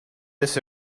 this